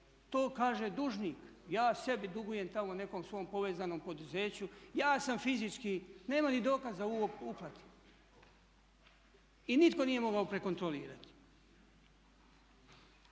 To kaže dužnik, ja sebi dugujem tamo nekom svom povezanom poduzeću, ja sam fizički, nema ni dokaza o uplati. I nitko nije mogao prekontrolirati.